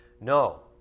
No